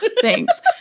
thanks